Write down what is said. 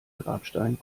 grabstein